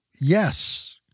yes